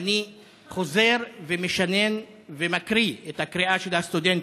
ואני חוזר ומשנן ומקריא את הקריאה של הסטודנטים,